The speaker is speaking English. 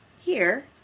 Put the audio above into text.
Here